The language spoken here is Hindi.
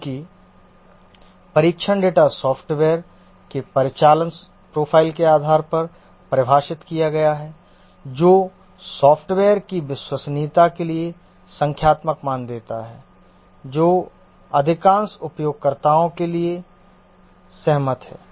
चूंकि परीक्षण डेटा सॉफ्टवेयर के परिचालन प्रोफाइल के आधार पर परिभाषित किया गया है जो सॉफ्टवेयर की विश्वसनीयता के लिए संख्यात्मक मान देता है जो अधिकांश उपयोगकर्ताओं के लिए सहमत है